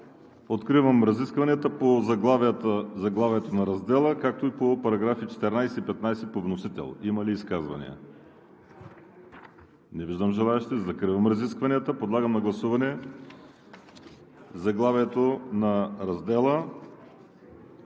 Откривам разискванията по заглавието на раздела, както и по параграфи 14 и 15 по вносител. Има ли изказвания? Не виждам. Закривам разискванията и подлагам на гласуване заглавието на раздела,